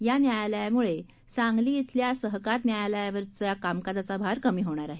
या न्यायालया मुळे सांगली श्विल्या सहकार न्यायालया वरील कामकाजाचा भार कमी होणार आहे